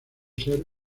ser